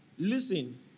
Listen